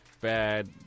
bad